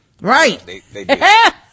Right